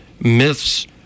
myths